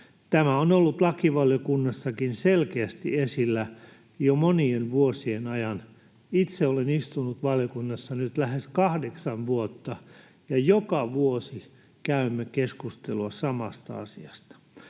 Tämä on ollut lakivaliokunnassakin selkeästi esillä jo monien vuosien ajan. Itse olen istunut valiokunnassa nyt lähes kahdeksan vuotta, ja joka vuosi käymme keskustelua samasta asiasta.